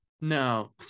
no